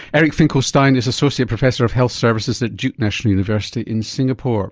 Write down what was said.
eric finkelstein is associate professor of health services at duke national university in singapore